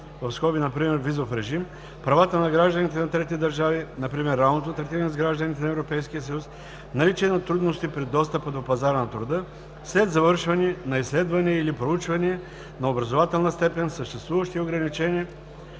прием – например визов режим; правата на гражданите на трети държави – например равното третиране с гражданите на ЕС, наличие на трудности при достъпа до пазара на труда след завършване на изследвания или проучвания, на образователна степен, съществуващи ограничения